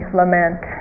lament